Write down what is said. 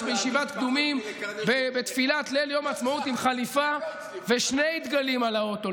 בישיבת קדומים בתפילת ליל יום העצמאות עם חליפה ושני דגלים על האוטו,